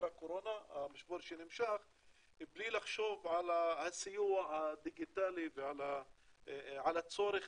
הקורונה בלי לחשוב על הסיוע הדיגיטלי ועל הצורך